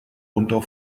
unter